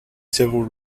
several